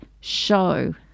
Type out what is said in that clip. show